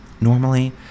normally